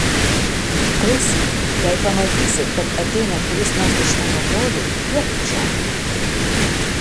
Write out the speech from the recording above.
klausyk jei pamatysi kad ateina kuris nors iš mano brolių duok ženklą